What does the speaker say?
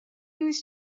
نیست